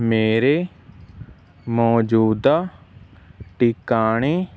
ਮੇਰੇ ਮੌਜੂਦਾ ਟਿਕਾਣੇ